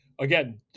again